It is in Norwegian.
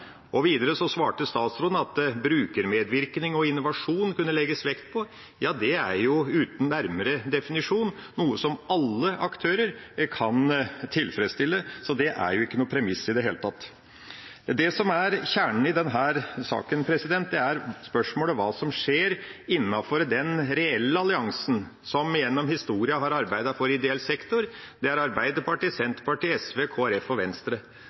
er jo uten nærmere definisjon noe som alle aktører kan tilfredsstille, så det er ikke noe premiss i det hele tatt. Det som er kjernen i denne saken, er spørsmålet om hva som skjer innenfor den reelle alliansen som gjennom historien har arbeidet for ideell sektor. Det er Arbeiderpartiet, Senterpartiet, SV, Kristelig Folkeparti og Venstre.